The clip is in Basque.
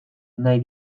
nahi